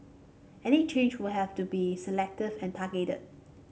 any change would have to be selective and targeted